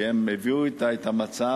כי הם הביאו אתה את המצב,